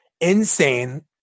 insane